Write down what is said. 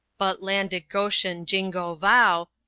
but landigoshenjingo vow,